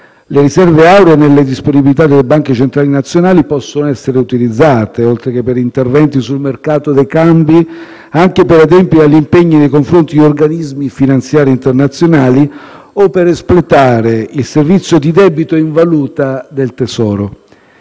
Le riserve auree nelle disponibilità delle Banche centrali nazionali possono essere utilizzate, oltre che per interventi sul mercato dei cambi, anche per adempiere agli impegni nei confronti di organismi finanziari internazionali o per espletare il servizio di debito in valuta del Tesoro.